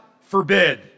forbid